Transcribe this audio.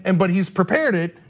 and but he's prepared it.